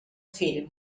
fill